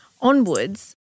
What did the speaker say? onwards